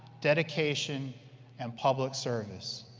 dedication and public service.